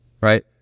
right